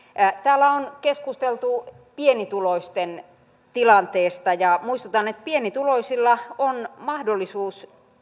täällä on keskusteltu pienituloisten tilanteesta muistutan että pienituloisilla on mahdollisuus